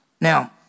Now